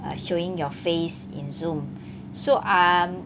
err showing your face in Zoom so um